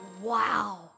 Wow